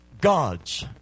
God's